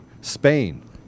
Spain